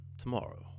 tomorrow